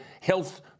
health